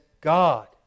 God